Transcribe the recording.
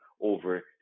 over